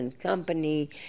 Company